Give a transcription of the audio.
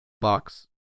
box